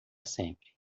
sempre